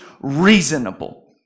reasonable